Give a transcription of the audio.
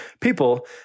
people